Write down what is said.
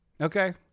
Okay